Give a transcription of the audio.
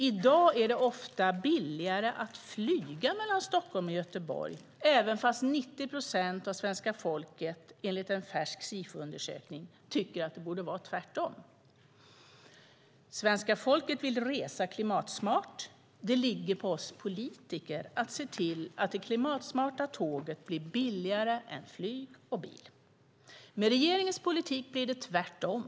I dag är det ofta billigare att flyga mellan Stockholm och Göteborg, fastän 90 procent av svenska folket enligt en färsk Sifoundersökning tycker att det borde vara tvärtom. Svenska folket vill resa klimatsmart. Det ligger på oss politiker att se till att det klimatsmarta tåget blir billigare än flyg och bil. Med regeringens politik blir det tvärtom.